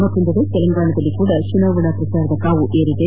ಮತ್ತೊಂದಡೆ ತೆಲಂಗಾಂಣದಲ್ಲೂ ಚುನಾವಣಾ ಪ್ರಚಾರ ಕಾವೇರಿದೆ